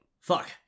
Fuck